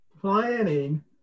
Planning